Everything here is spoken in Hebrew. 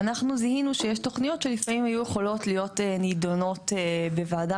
ואנחנו זיהינו שיש תוכניות שלפעמים היו יכולות להיות נידונות בוועדה